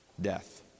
Death